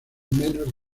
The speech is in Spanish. menos